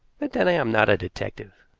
but then i am not a detective.